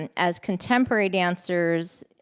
and as contemporary dancers,